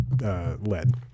led